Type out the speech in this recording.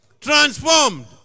transformed